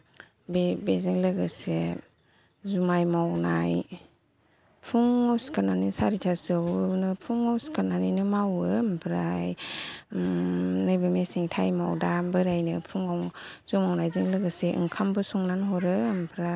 बे बेजों लोगोसे जुमाइ मावनाय फुङाव सिखारनानै सारिटासोआवनो फुङाव सिखारनानैनो मावो ओमफ्राइ नैबे मेसें टाइम आव दा बोराइनो फुङाव जौ मावनायजों लोगोसे ओंखामबो संनानै हरो ओमफ्राइ